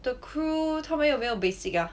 的 crew 他们有没有 basic ah